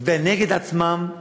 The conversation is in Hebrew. להצביע נגד עצמם,